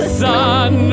sun